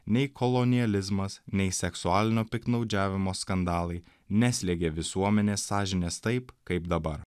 nei kolonializmas nei seksualinio piktnaudžiavimo skandalai neslėgė visuomenės sąžinės taip kaip dabar